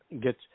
get